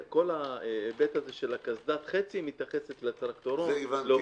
כל ההיבט של קסדת חצי מתייחסת לטרקטורון, לאופנוע.